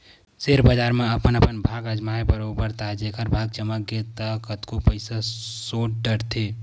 share बजार म अपन अपन भाग अजमाय बरोबर ताय जेखर भाग चमक गे ता कतको पइसा सोट डरथे